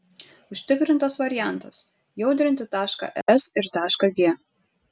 užtikrintas variantas jaudrinti tašką s ir tašką g